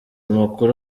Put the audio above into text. amakuru